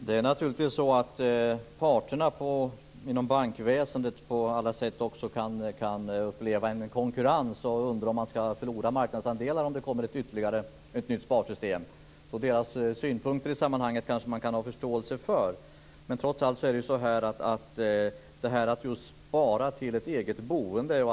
Herr talman! Parterna inom bankväsendet kan naturligtvis på alla sätt uppleva en konkurrens. De undrar om de skall förlora marknadsandelar om det kommer ytterligare ett nytt sparsystem. Deras synpunkter i sammanhanget kan man alltså ha förståelse för. Trots allt är sparandet till ett eget boende viktigt.